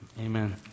amen